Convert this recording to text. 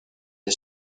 est